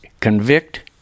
convict